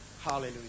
Hallelujah